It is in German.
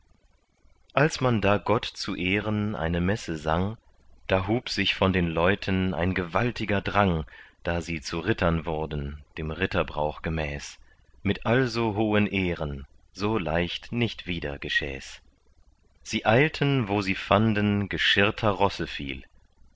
als man da gott zu ehren eine messe sang da hub sich von den leuten ein gewaltiger drang da sie zu rittern wurden dem ritterbrauch gemäß mit also hohen ehren so leicht nicht wieder geschähs sie eilten wo sie fanden geschirrter rosse viel